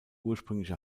ursprüngliche